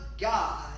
God